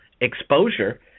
exposure